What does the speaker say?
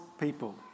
people